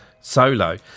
solo